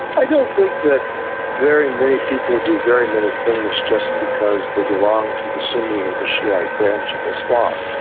i don't think that very many people do very many things just because they belong to the sunni or the shia branch of islam.